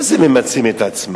מה זה ממצים את עצמם?